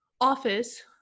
Office